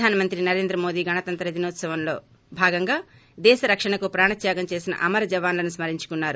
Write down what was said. ప్రధానమంత్రి నరేంద్ర మోదీ గణతంత్ర దినోత్సవాల్లో భాగంగా దేశ రక్షణకు ప్రాణత్యాగం చేసిన అమర జవాన్లను స్మ రించుకున్నారు